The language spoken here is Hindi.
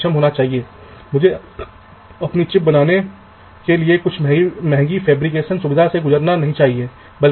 इसलिए यदि आप उन्हें बाहर निकालते हैं तो ये सभी धातु की परतों पर चल रहे हैं